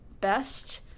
best